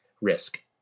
risk